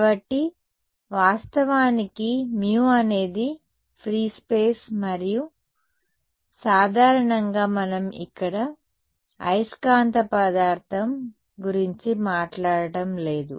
కాబట్టి వాస్తవానికి μ అనేది ఫ్రీ స్పేస్ మరియు సాధారణంగా మనం ఇక్కడ అయస్కాంత పదార్థం గురించి మాట్లాడటం లేదు